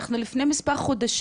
אנחנו קיימנו דיון לפני מספר חודשים,